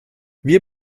wir